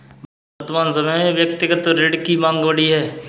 वर्तमान समय में व्यक्तिगत ऋण की माँग बढ़ी है